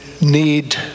need